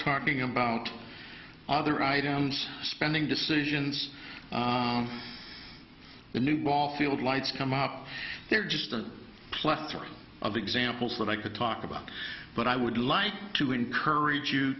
talking about other items spending decisions on the new ball field lights come up they're just a plethora of examples that i could talk about but i would like to encourage you